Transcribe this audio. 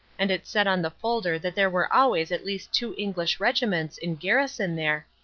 and it said on the folder that there were always at least two english regiments in garrison there,